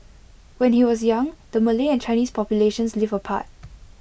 when he was young the Malay and Chinese populations lived apart